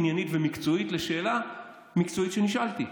עניינית ומקצועית לשאלה מקצועית שנשאלתי.